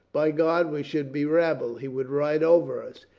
by god, we should be rabble. he would ride over us.